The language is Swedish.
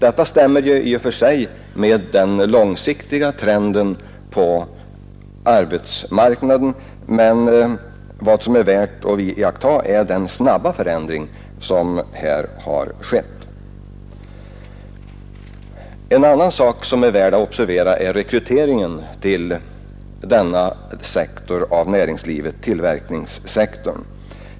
Detta stämmer i och för sig med den långsiktiga trenden på arbetsmarknaden, men vad som är värt att observera är den alltför snabba förändring som här har skett. En annan sak som är värd att observera är rekryteringen till denna sektor av näringslivet, tillverkningssektorn.